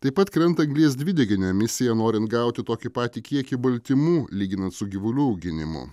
taip pat krenta anglies dvideginio emisija norint gauti tokį patį kiekį baltymų lyginant su gyvulių auginimu